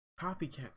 copycats